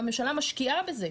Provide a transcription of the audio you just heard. והממשלה משקיעה בזה.